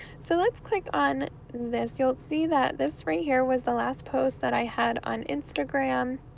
so let's click on this, you'll see that this right here was the last post that i had on instagram.